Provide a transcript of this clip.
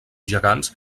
gegants